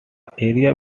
area